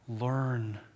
Learn